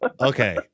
Okay